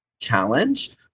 challenge